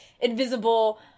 invisible